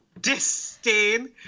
Disdain